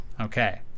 Okay